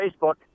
Facebook